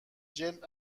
جلد